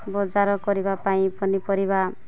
ବଜାର କରିବା ପାଇଁ ପନିପରିବା